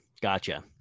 Gotcha